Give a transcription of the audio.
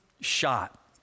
shot